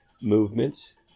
movements